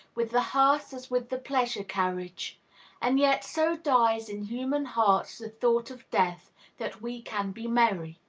with the hearse as with the pleasure-carriage and yet so dies in human hearts the thought of death that we can be merry.